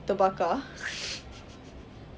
terbakar